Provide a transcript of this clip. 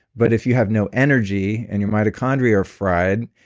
but if you have no energy, and your mitochondria are fried,